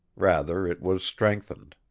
rather it was strengthened.